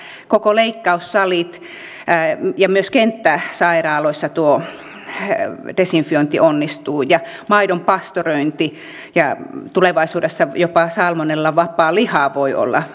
sairaalat koko leikkaussalit myös kenttäsairaaloissa tuo desinfiointi onnistuu ja maidon pastörointi tulevaisuudessa jopa salmonellavapaa liha voi olla totta